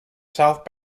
south